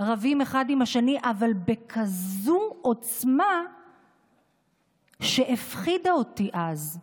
רבים אחד עם השני, ובכזו עוצמה שהפחידה אותי אז.